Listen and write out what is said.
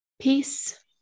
peace